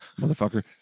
motherfucker